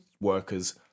workers